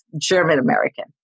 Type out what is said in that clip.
German-American